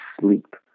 sleep